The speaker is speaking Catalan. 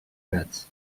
gats